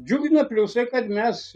džiugina pliusai kad mes